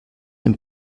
den